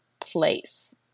place